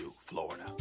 Florida